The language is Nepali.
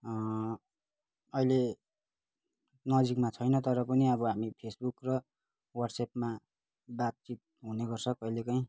अहिले नजिकमा छैन तर पनि अब हामी फेसबुक र वाट्सएपमा बातचित हुने गर्छ कहिलेकाहीँ